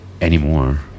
anymore